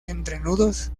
entrenudos